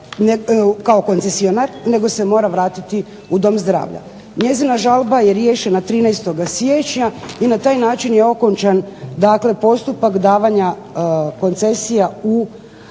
kao koncesionar, nego se mora vratiti u Dom zdravlja. Njezina žalba riješena je 13. siječnja i na taj način je okončan dakle postupak davanja koncesija u